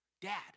Dad